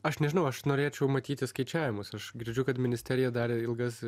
aš nežinau aš norėčiau matyti skaičiavimus aš girdžiu kad ministerija darė ilgas